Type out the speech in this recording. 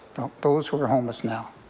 those who are homeless now.